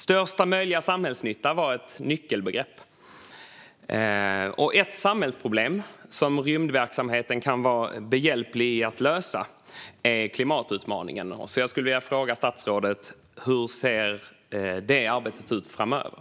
Största möjliga samhällsnytta var ett nyckelbegrepp. Ett samhällsproblem som rymdverksamheten kan hjälpa till att lösa är klimatutmaningen. Jag skulle vilja fråga statsrådet: Hur ser det arbetet ut framöver?